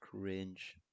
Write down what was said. Cringe